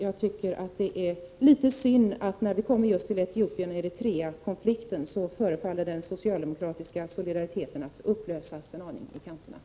Jag tycker det är synd att den socialdemokratiska solidariteten förefaller att upplösas en aning i kanterna vad gäller Etiopien—Eritrea-konflikten.